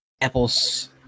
Apple's